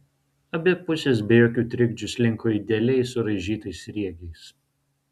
abi pusės be jokių trikdžių slinko idealiai suraižytais sriegiais